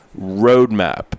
Roadmap